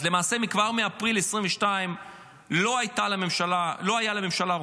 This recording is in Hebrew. אז למעשה כבר מאפריל 2022 לא היה לממשלה רוב.